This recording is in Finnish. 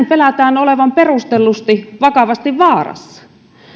pelätään olevan perustellusti vakavasti vaarassa